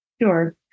Sure